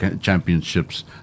Championships